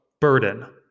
burden